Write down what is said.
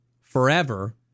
forever